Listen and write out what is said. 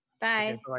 Bye